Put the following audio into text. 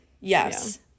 Yes